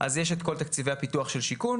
אז יש את כל תקציבי פיתוח של שיכון,